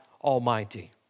Almighty